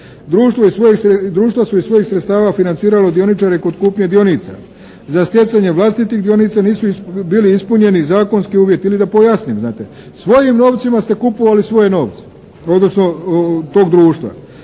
Društva su iz svojih sredstava financirala dioničare kod kupnje dionica. Za stjecanje vlastitih dionica nisu bili ispunjeni zakonski uvjeti ili da pojasnim znate. Svojim novcima ste kupovali svoje novce, odnosno tog društva.